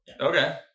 Okay